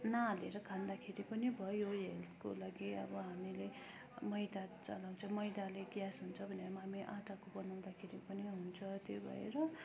नाहालेर खाँदाखेरि पनि भयो हेल्थको लागि अब हामीले मैदा चलाउँछौँ मैदाले ग्यास हुन्छ भनेर हामी आटाको बनाउँदाखेरि पनि हुन्छ त्यही भएर